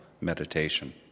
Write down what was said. meditation